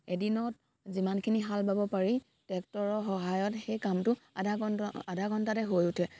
এদিনত যিমানখিনি হাল বাব পাৰি ট্ৰেক্টৰৰ সহায়ত সেই কামটো আধা ঘণ্ট আধা ঘণ্টাতে হৈ উঠে